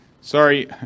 Sorry